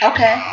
Okay